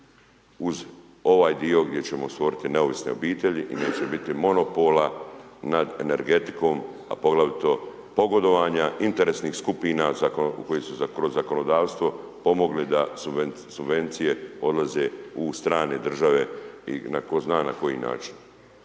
uz ovaj dio gdje ćemo stvoriti neovisne obitelji i neće biti monopola nad energetikom, a poglavito pogodovanja interesnih skupina u koje su zakonodavstvo pomogli da subvencije odlaze u strane države i tko zna na koji način.